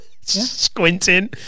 Squinting